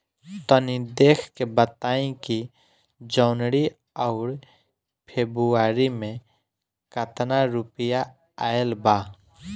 तनी देख के बताई कि जौनरी आउर फेबुयारी में कातना रुपिया आएल बा?